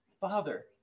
Father